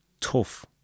tough